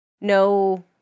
no